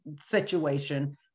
situation